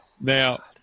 Now